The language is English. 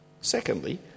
secondly